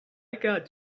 got